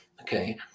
Okay